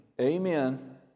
amen